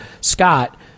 Scott